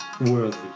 worthy